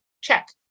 check